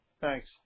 Thanks